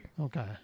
Okay